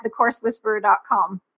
TheCourseWhisperer.com